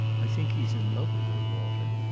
i think he's in love with her, walter.